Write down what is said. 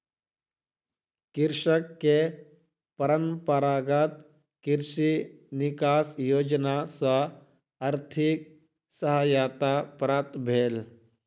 कृषक के परंपरागत कृषि विकास योजना सॅ आर्थिक सहायता प्राप्त भेल